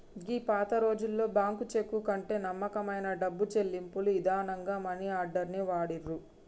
గీ పాతరోజుల్లో bank cheque కంటే నమ్మకమైన డబ్బు చెల్లింపుల ఇదానంగా మనీ ఆర్డర్ ని వాడిర్రు